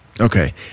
Okay